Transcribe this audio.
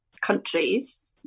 countries